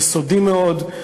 יסודי מאוד,